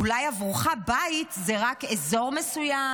אולי עבורך בית זה רק אזור מסוים,